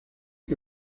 que